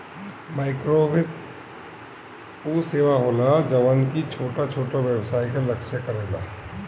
माइक्रोवित्त उ सेवा होला जवन की छोट छोट व्यवसाय के लक्ष्य करेला